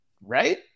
right